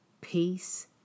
Peace